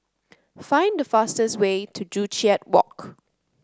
find the fastest way to Joo Chiat Walk